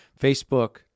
Facebook